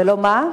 זה לא מה?